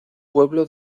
pueblo